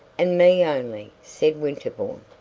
and me only, said winterbourne.